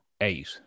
eight